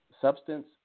substance